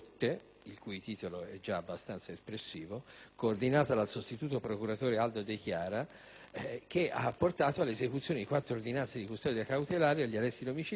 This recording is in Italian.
il cui titolo è già abbastanza espressivo, coordinato dal sostituto procuratore Aldo De Chiara, che ha portato all'esecuzione di quattro ordinanze di custodia cautelare agli arresti domiciliari